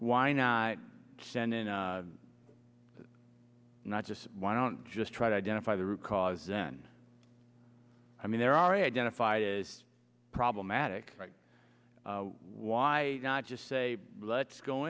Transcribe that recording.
why not send in not just why don't just try to identify the root cause then i mean there are identified as problematic why not just say let's go